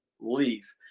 leave